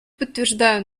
подтверждаю